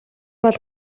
бол